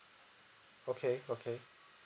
okay okay